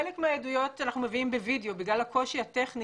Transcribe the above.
חלק מהעדויות אנחנו מביאים בווידאו בגלל הקושי הטכני